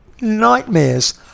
nightmares